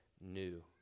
new